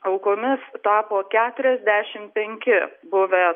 aukomis tapo keturiasdešimt penki buvę